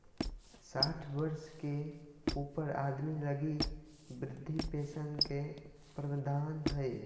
साठ वर्ष के ऊपर आदमी लगी वृद्ध पेंशन के प्रवधान हइ